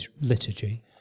liturgy